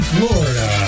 Florida